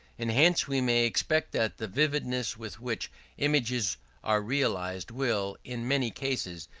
and hence we may expect that the vividness with which images are realized will, in many cases,